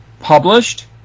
published